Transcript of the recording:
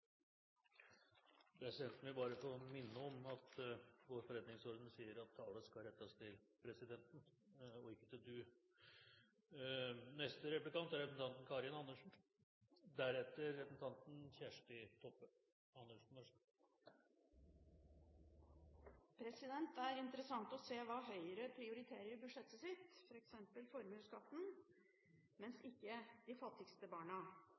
Presidenten vil bare få minne om at vår forretningsorden sier at all tale skal rettes til presidenten. Man skal ikke bruke «du». Det er interessant å se hva Høyre prioriterer i budsjettet sitt, f.eks. formuesskatten, men ikke de fattigste barna.